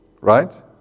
Right